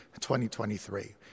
2023